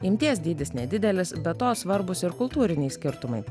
imties dydis nedidelis be to svarbūs ir kultūriniai skirtumai